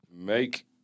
Make